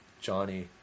Johnny